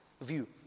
view